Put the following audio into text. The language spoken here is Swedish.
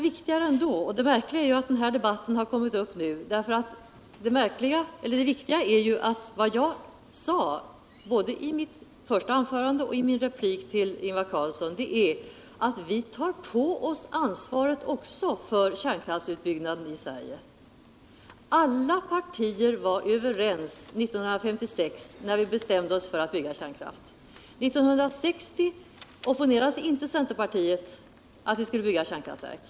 Det är märkligt att den här debatten har tagits upp nu, för det viktiga är ju vad jag sade i mitt första anförande och i min replik till Ingvar Carlsson, nämligen att vi i centerpartiet också tar på oss ansvaret för kärnkraftsutbyggnaden i Sverige. När vi 1956 bestämde oss för att bygga kärnkraftverk var alla partier överens. 1960 opponerade sig inte centerpartiet mot att vi skulle bygga kärnkraftverk.